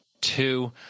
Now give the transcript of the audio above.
two